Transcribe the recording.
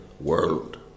world